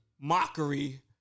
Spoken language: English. mockery